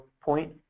point